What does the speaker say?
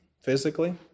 Physically